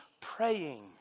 praying